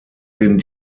den